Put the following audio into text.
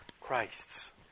Christ's